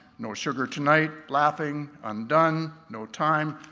no sugar tonight, laughing, i'm done, no time,